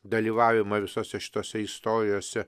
dalyvavimą visose šitose istorijose